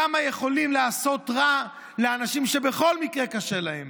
כמה יכולים לעשות רע לאנשים שבכל מקרה קשה להם.